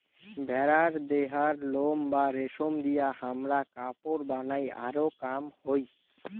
ভেড়ার দেহার লোম বা রেশম দিয়ে হামরা কাপড় বানাই আরো কাম হই